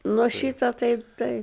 nu šitą tai taip